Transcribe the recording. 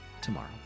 tomorrow